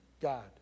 God